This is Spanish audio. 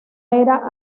era